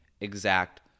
exact